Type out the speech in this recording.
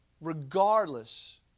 Regardless